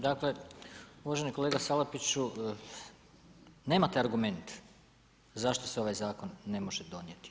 Dakle, uvaženi kolega Salapiću, nemate argument zašto se ovaj Zakon ne može donijeti.